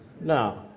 No